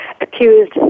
accused